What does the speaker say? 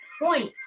point